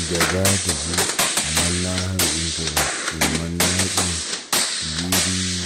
Nɟaga dubu, maanna habi in tu bar, iŋg maanna iŋg. Tubirii,